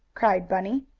cried bunny.